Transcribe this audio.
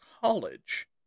college